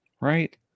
right